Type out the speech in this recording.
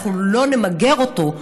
אנחנו לא נמגר אותו,